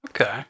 Okay